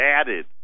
added